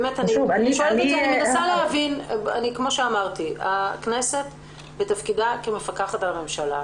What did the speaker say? כמו שאמרתי, הכנסת מתפקידה כמפקחת על הממשלה